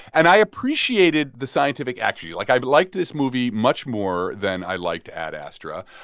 and i appreciated the scientific accuracy. like, i liked this movie much more than i liked ad astra.